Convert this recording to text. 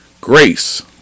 Grace